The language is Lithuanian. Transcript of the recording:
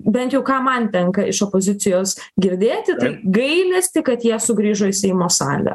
bent jau ką man tenka iš opozicijos girdėti tai gailestį kad jie sugrįžo į seimo salę